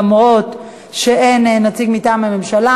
למרות שאין נציג מטעם הממשלה.